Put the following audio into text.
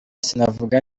sinavuga